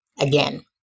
again